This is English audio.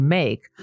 make